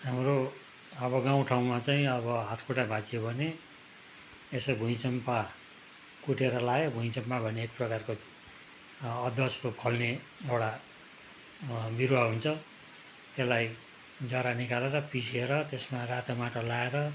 हाम्रो अब गाउँठाउँमा चाहिँ अब हातखुट्टा भाँचियो भने यसो भुइँचम्पा कुटेर लगायो भुइँचम्पा भन्ने एक प्रकारको अदुवा जस्तो फल्ने एउटा बिरुवा हुन्छ त्यसलाई जरा निकालेर पिसेर त्यसमा रातो माटो लगाएर